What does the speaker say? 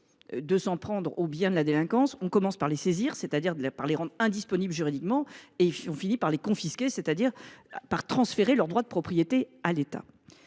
de s’en prendre aux biens de la délinquance : on commence par les saisir, c’est à dire par les rendre indisponibles juridiquement, et l’on finit par les confisquer, c’est à dire par transférer leurs droits de propriété à l’État.